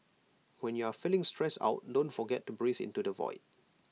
when you are feeling stressed out don't forget to breathe into the void